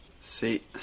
See